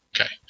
Okay